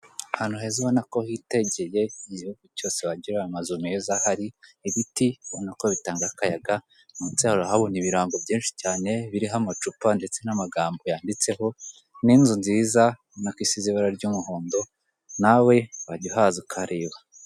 Ahantu heza ubonako hitegeye igihugu cyose wagira amazu meza hari ibiti ubonana ko bitanga akayaga munsi uhabona ibirango byinshi cyane biriho amacupa, ndetse n'amagambo yanditseho n'inzu ubona ko isize ibara ry'umuhondo nawe wajya uhaza ukareba.